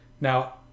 now